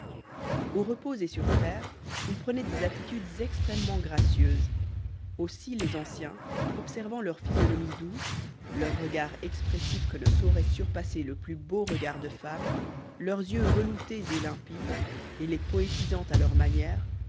repos et sur terre ils prenaient des attitudes extrêmement gracieuses aussi les anciens observant leur physionomie douce leur regard expressif que ne saurait surpasser le plus beau regard de femme leurs yeux veloutés et limpides leurs poses charmantes et les poétisant à leur manière